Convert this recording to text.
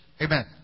Amen